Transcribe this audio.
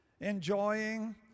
enjoying